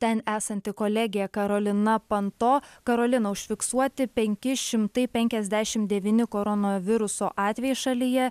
ten esanti kolegė karolina panto karolina užfiksuoti penki šimtai penkiasdešimt devyni koronaviruso atvejai šalyje